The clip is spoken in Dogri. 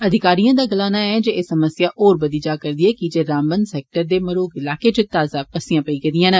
अधिकारिएं दा आक्खना ऐ जे एह् समस्या होर बदी जा करदी ऐ कीजे रामबन सैक्टर दे मरोग इलाके च ताज़ा पस्सिया पेईयां न